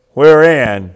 wherein